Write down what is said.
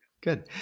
Good